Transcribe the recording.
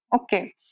Okay